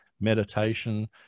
meditation